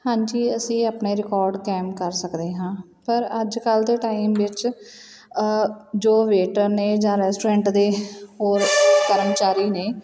ਹਾਂਜੀ ਅਸੀਂ ਆਪਣੇ ਰਿਕੋਡ ਕਾਇਮ ਕਰ ਸਕਦੇ ਹਾਂ ਪਰ ਅੱਜ ਕੱਲ੍ਹ ਦੇ ਟਾਈਮ ਵਿੱਚ ਜੋ ਵੇਟਰ ਨੇ ਜਾਂ ਰੈਸਟੋਰੈਂਟ ਦੇ ਹੋਰ ਕਰਮਚਾਰੀ ਨੇ